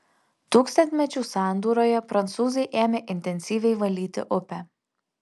tūkstantmečių sandūroje prancūzai ėmė intensyviai valyti upę